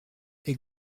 est